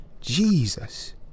Jesus